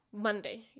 Monday